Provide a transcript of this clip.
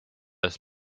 eest